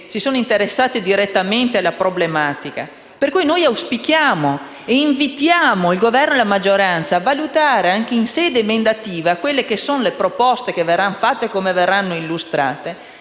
si sono interessati direttamente alla problematica. Per cui auspichiamo e invitiamo il Governo e la maggioranza a valutare, anche in sede emendativa, le proposte che verranno presentate ed illustrate,